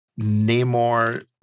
Namor